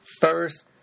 first